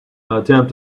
attempt